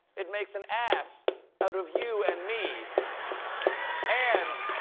it makes an ass out of you and me and,